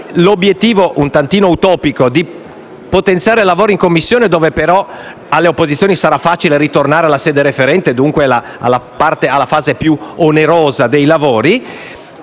l'obiettivo un po' utopico di potenziare i lavori in Commissione, dove però alle opposizioni sarà facile tornare alla sede referente e quindi alla fase più onerosa dei lavori,